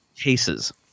Cases